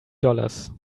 dollars